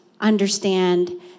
understand